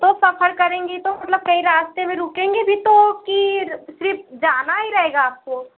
तो सफर करेंगी तो मतलब कहीं रास्ते में रुकेंगी भी तो की सिर्फ जाना हीं रहेगा आपको